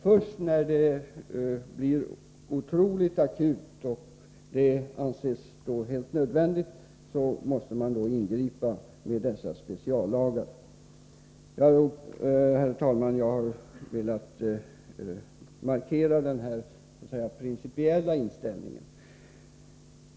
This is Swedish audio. Först när det blir otroligt akut och svårt måste man ingripa med de speciallagar jag nämnt. Jag har, herr talman, velat markera den här principiella inställningen.